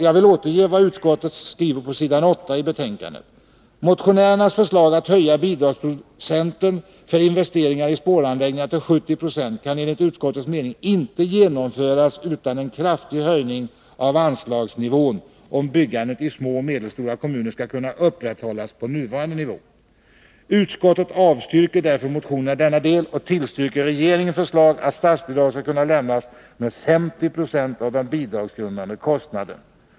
Jag vill återge vad utskottet skriver på s. 8 i betänkandet: ”Motionärernas förslag att höja bidragsprocenten för investeringar i spåranläggningar till 70 26 kan enligt utskottets mening inte genomföras utan en kraftig höjning av anslagsnivån om byggandet i små och medelstora kommuner skall kunna upprätthållas på nuvarande nivå. Utskottet avstyrker därför motionerna i denna del och tillstyrker regeringens förslag att statsbidrag skall kunna lämnas med 5096 av den bidragsgrundande kostnaden.